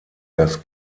das